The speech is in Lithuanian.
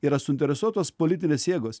yra suinteresuotos politinės jėgos